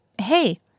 Hey